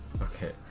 okay